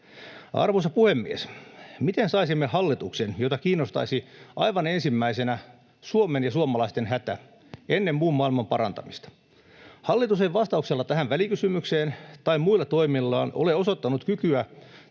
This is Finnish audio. Arvoisa puhemies! Miten saisimme hallituksen, jota kiinnostaisi aivan ensimmäisenä Suomen ja suomalaisten hätä ennen muun maailman parantamista? Hallitus ei vastauksellaan tähän välikysymykseen tai muilla toimillaan ole osoittanut kykyä